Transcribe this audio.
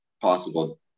possible